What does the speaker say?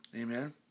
Amen